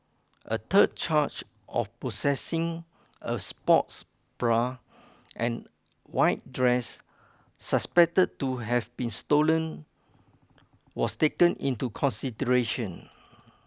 a third charge of possessing a sports bra and white dress suspected to have been stolen was taken into consideration